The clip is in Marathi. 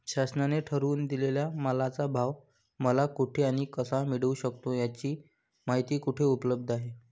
शासनाने ठरवून दिलेल्या मालाचा भाव मला कुठे आणि कसा मिळू शकतो? याची माहिती कुठे उपलब्ध आहे?